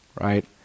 Right